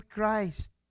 Christ